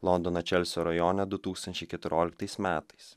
londono čelsio rajone du tūkstančiai keturioliktais metais